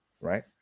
right